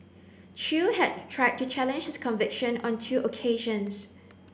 Chew had tried to challenge his conviction on two occasions